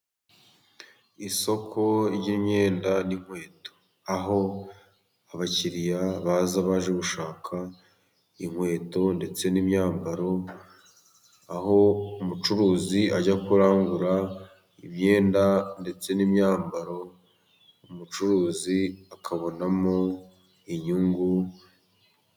Isoko ry'imyenda n'inkweto aho abakiriya baza baje gushaka inkweto ndetse n'imyambaro, aho umucuruzi ajya kurangura imyenda ndetse n'imyambaro umucuruzi akabonamo inyungu...